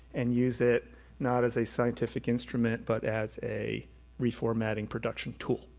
and use it not as a scientific instrument, but as a reformatting production tool.